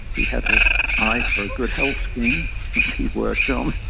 he had an eye for a good health scheme, which he worked on.